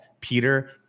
Peter